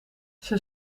zij